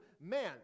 man